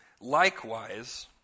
Likewise